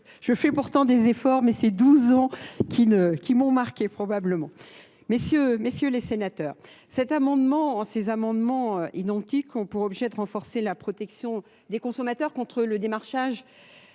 je fais pourtant des efforts mais c'est douze ans qui m'ont marquée probablement. Messieurs les sénateurs, ces amendements identiques ont pour objet de renforcer la protection des consommateurs contre le démarchage